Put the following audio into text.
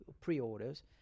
pre-orders